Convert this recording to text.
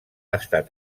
estat